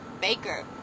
baker